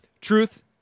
Truth